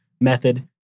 method